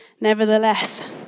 Nevertheless